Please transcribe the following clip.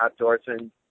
outdoorsman